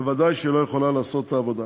וודאי שהיא לא יכולה לעשות את העבודה.